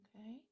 okay